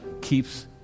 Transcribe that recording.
keeps